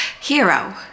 Hero